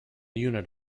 unit